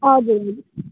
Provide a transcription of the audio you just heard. हजुर